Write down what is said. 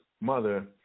mother